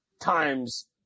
times